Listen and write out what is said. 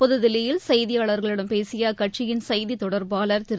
புதுதில்லியில் செய்தியாளர்களிடம் பேசிய அக்கட்சியின் செய்தி தொடர்பாளர் கிரு